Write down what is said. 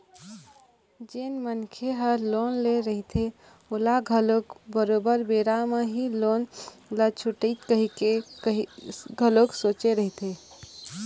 जेन मनखे ह लोन ले रहिथे ओहा घलोक बरोबर बेरा म ही लोन ल छूटत रइहूँ कहिके घलोक सोचे रहिथे